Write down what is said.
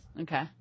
Okay